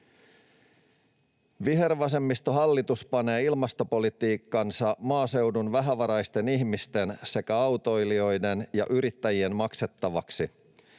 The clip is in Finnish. Vihervasemmistohallitus panee ilmastopolitiikkansa maaseudun vähävaraisten ihmisten sekä autoilijoiden ja yrittäjien maksettavaksi.